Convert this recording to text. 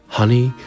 honey